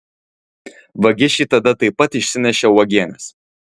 vagišiai tada taip pat išsinešė uogienes